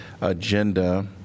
agenda